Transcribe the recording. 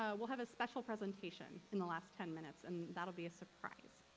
ah we'll have a special presentation in the last ten minutes and that'll be a surprise.